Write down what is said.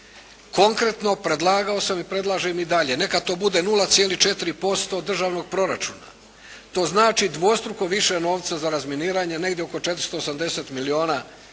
konkretno predlagao sam i predlažem i dalje, neka to bude 0,4% državnog proračuna. To znači dvostruko više novca za razminiranje, negdje oko 480 milijuna